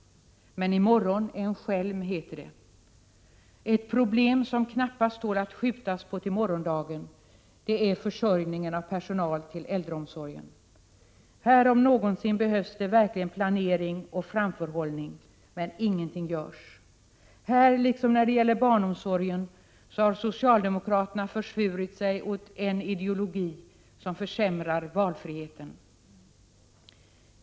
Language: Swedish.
Men, som det heter, i morgon är en skälm. Ett problem som knappast tål att skjutas på till morgondagen är problemet med försörjningen av personal när det gäller äldreomsorgen. Här om någonstans behövs det verkligen planering och framförhållning, men ingenting görs. Här, liksom när det gäller barnomsorgen, har socialdemokraterna försvurit sig åt en ideologi som försämrar valfriheten.